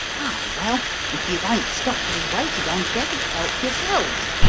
oh, well, if you won't stop to be waited on, gents, help yourselves!